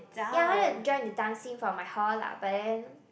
ya I went to join the dance team for my hall lah but then